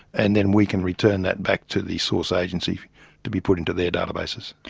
and then we can return that back to the source agencies to be put into their databases.